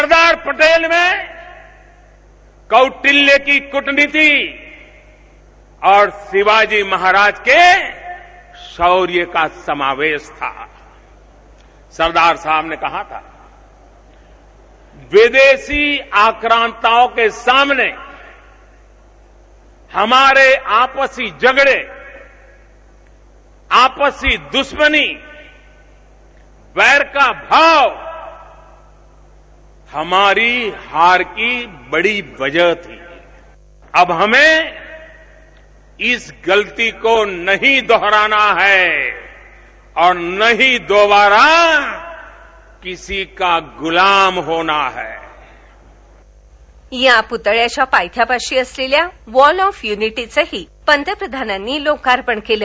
सरदार पटेल में कौटील्यकी कुटनीती और शिवाजी महाराज के शौर्य का समावेश था सरदार साहब ने कहा था विदेशी आक्रमणताऔं के सामने हमारे आपसी छगडे आपसी दृश्मनी वैर का भाव हमारी हार की बडी वजह थी अब हमें इस गलती को नहीं दोहराना हैं और नहीं दोबारा किसीका गुलाम होना हैं या प्तळ्याच्या पायथ्याशी असलेल्या वॉल ऑफ युनिटीचंही पंतप्रधानांनी लोकार्पण केलं